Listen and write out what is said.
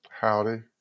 howdy